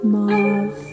Moth